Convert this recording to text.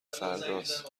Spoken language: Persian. فرداست